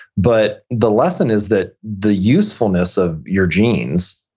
but the lesson is that the usefulness of your genes,